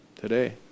today